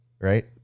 right